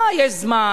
מה, יש זמן.